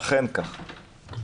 אכן כך.